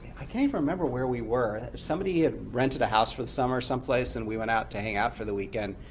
i can't even remember where we were. somebody had rented a house for the summer someplace, and we went out to hang out for the weekend.